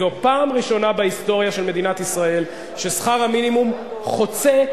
זאת הפעם הראשונה בהיסטוריה של מדינת ישראל ששכר המינימום חוצה,